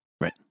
Right